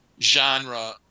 genre